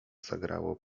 zagrało